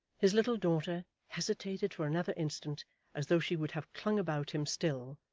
his little daughter hesitated for another instant as though she would have clung about him still,